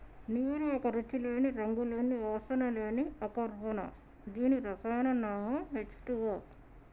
నీరు ఒక రుచి లేని, రంగు లేని, వాసన లేని అకర్బన దీని రసాయన నామం హెచ్ టూవో